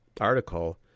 article